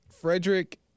Frederick